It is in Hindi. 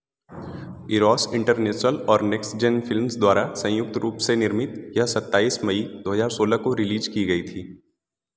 इरॉस इंटरनेशनल और नेक्स्ट जेन फ़िल्म्स द्वारा संयुक्त रूप से निर्मित यह सत्ताईस मई दो हज़ार सोलह को रिलीज़ की गई थी